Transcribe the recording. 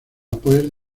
pues